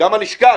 גם הלשכה,